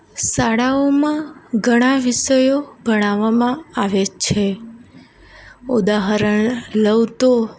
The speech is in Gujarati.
શાળાઓમાં ઘણા વિષયો ભણાવવામાં આવે છે ઉદાહરણ લઉં તો